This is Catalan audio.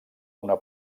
una